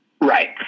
Right